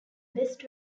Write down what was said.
best